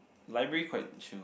library quite chill